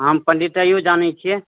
हम पण्डितैओ जानै छियै